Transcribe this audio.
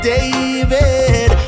David